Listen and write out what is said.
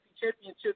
championship